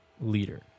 leader